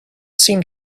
seemed